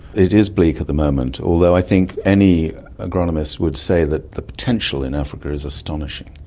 it is bleak at the moment, although i think any agronomist would say that the potential in africa is astonishing.